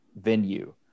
venue